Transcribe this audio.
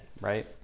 Right